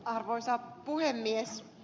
arvoisa puhemies